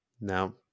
Now